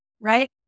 Right